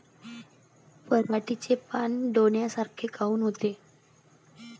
पराटीचे पानं डोन्यासारखे काऊन होते?